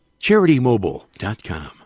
CharityMobile.com